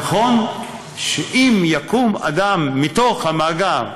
נכון שאם יקום אדם מתוך המאגר,